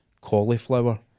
Cauliflower